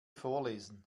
vorlesen